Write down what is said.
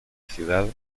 ciudad